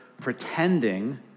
pretending